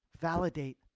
validate